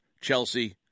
Chelsea